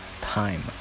time